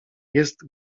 jest